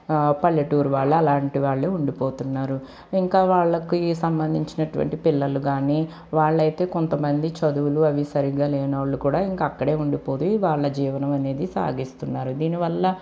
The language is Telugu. పల్లెటూరు వాళ్ళు అలాంటివాళ్లే ఉండిపోతున్నారు ఇంకా వాళ్లకి సంబంధించి నటువంటి పిల్లలు కానీ వాళ్ళు అయితే కొంతమంది చదువులు అవి సరిగ్గా లేని వాళ్ళు కూడా ఇంక అక్కడే ఉండిపోయి వాళ్ళ జీవనం అనేది సాగిస్తున్నారు దీని వల్ల